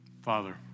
Father